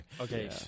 Okay